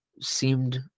seemed